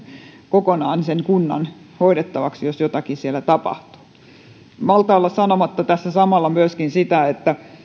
kokonaan sen kunnan hoidettavaksi jos jotakin siellä tapahtuu en malta olla sanomatta tässä samalla sitä että